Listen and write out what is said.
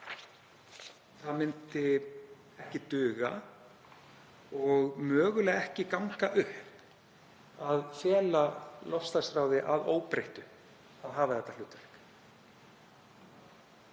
það myndi ekki duga og mögulega ekki ganga upp að fela loftslagsráði að óbreyttu að hafa þetta hlutverk.